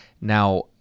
Now